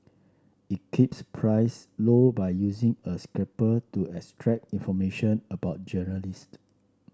it keeps price low by using a scraper to extract information about journalist